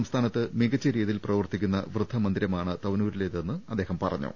സംസ്ഥാനത്ത് മികച്ച രീതിയിൽ പ്രവർത്തിക്കുന്ന വൃദ്ധമന്ദിരമാണ് തവന്നൂരിലേതെന്ന് അദ്ദേഹം പറഞ്ഞു